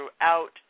throughout